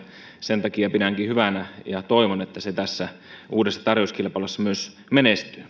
sen takia pidänkin hyvänä ja toivon että se tässä uudessa tarjouskilpailussa myös menestyy